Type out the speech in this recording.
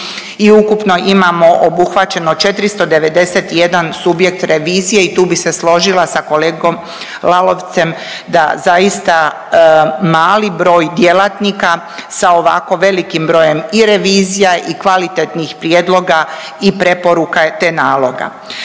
ukupno imamo obuhvaćeno 491 subjekt revizije. I tu bi se složila sa kolegom Lalovcem da zaista mali broj djelatnika sa ovako velikim brojem i revizija i kvalitetnih prijedloga i preporuka te naloga.